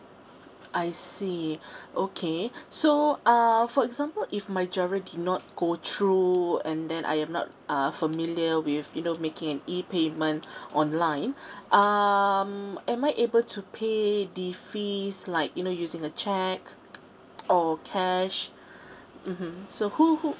I see okay so uh for example if my G_I_R_O did not go through and then I am not uh familiar with you know making an E payment online um am I able to pay the fees like you know using a cheque or cash mmhmm so who who